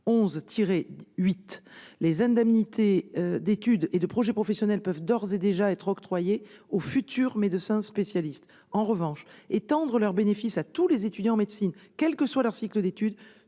les indemnités d'étude et de projet professionnel peuvent d'ores et déjà être octroyées aux futurs médecins spécialistes. En revanche, étendre le bénéfice de ces indemnités à tous les étudiants en médecine, quel que soit leur cycle d'études,